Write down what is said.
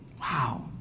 Wow